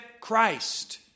Christ